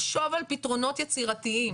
לחשוב על פתרונות יצירתיים